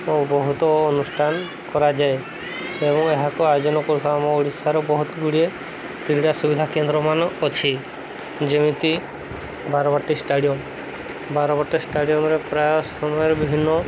ଓ ବହୁତ ଅନୁଷ୍ଠାନ କରାଯାଏ ଏବଂ ଏହାକୁ ଆୟୋଜନ କରୁଥିବା ଆମ ଓଡ଼ିଶାର ବହୁତ ଗୁଡ଼ିଏ କ୍ରୀଡ଼ା ସୁବିଧା କେନ୍ଦ୍ରମାନ ଅଛି ଯେମିତି ବାରବାଟୀ ଷ୍ଟାଡ଼ିୟମ୍ ବାରବାଟୀ ଷ୍ଟାଡ଼ିୟମ୍ରେ ପ୍ରାୟ ସମୟରେ ବିଭିନ୍ନ